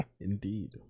Indeed